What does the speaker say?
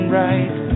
right